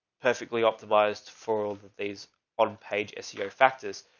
perfectly optimized for all the days on page seo factors.